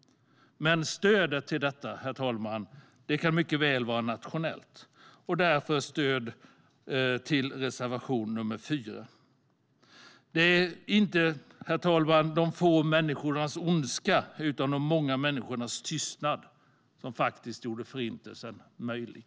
Men stödet till detta, herr talman, kan mycket väl vara nationellt. Därför stöder jag reservation 4. Herr talman! Det var inte de få människornas ondska utan de många människornas tystnad som gjorde Förintelsen möjlig.